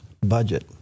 budget